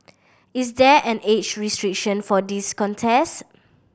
is there an age restriction for this contest